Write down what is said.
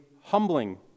humbling